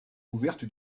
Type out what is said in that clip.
ouverte